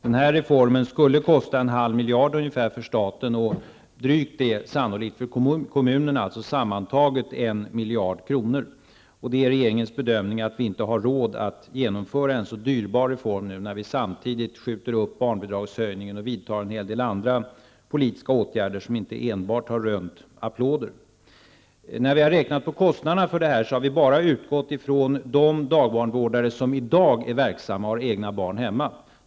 Den här reformen skulle kosta en halv miljard för staten och sannolikt drygt samma belopp för kommunerna, alltså sammantaget 1 miljard kronor. Det är regeringens bedömning att vi inte har råd att genomföra en så dyrbar reform, när vi samtidigt skjuter upp barnbidragshöjningen och vidtar en hel del andra politiska åtgärder som inte enbart har rönt applåder. När vi har räknat på kostnaderna för denna reform har vi utgått bara ifrån de dagbarnvårdare som i dag är verksamma och som tar hand om egna barn i hemmet.